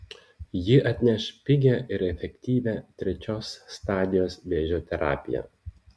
ji atneš pigią ir efektyvią trečios stadijos vėžio terapiją